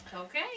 Okay